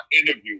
interview